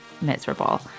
miserable